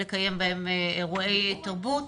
לקיים בהם אירועי תרבות.